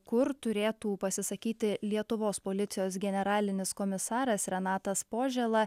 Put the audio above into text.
kur turėtų pasisakyti lietuvos policijos generalinis komisaras renatas požėla